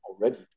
already